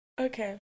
Okay